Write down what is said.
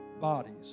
bodies